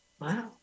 Wow